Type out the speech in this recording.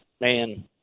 man